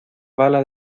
bala